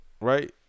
Right